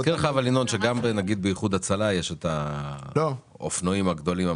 אני מזכיר לך שגם באיחוד הצלה יש את האופנועים הגדולים.